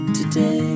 today